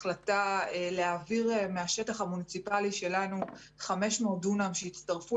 החלטה להעביר מהשטח המוניציפלי שלנו 500 דונם שיצטרפו